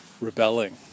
rebelling